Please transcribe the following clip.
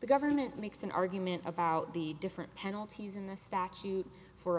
the government makes an argument about the different penalties in the statute for